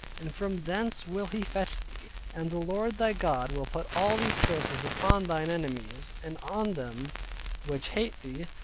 and from thence will he fetch thee. and the lord thy god will put all these curses upon thine enemies, and on them which hate thee,